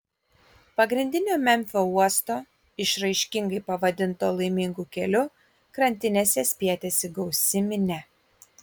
pagrindinio memfio uosto išraiškingai pavadinto laimingu keliu krantinėse spietėsi gausi minia